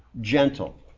gentle